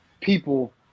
people